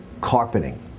carpeting